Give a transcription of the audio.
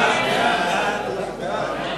סעיף 1 נתקבל.